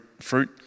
fruit